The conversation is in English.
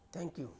thank you